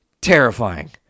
terrifying